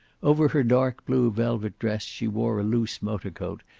over her dark blue velvet dress she wore a loose motor-coat,